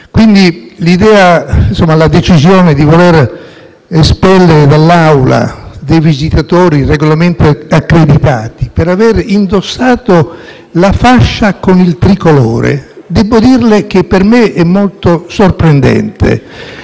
Quindi, la decisione di voler espellere dall'Aula dei visitatori regolarmente accreditati per aver indossato la fascia con il tricolore per me è stata molto sorprendente.